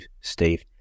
Steve